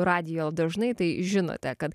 radijo dažnai tai žinote kad